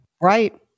Right